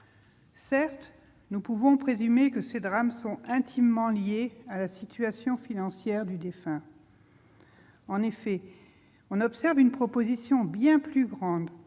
Certes, nous pouvons présumer que ces drames sont intimement liés à la situation financière du défunt. En effet, on observe une proportion bien plus grande